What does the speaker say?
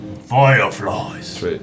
Fireflies